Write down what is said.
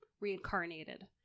reincarnated